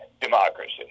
democracy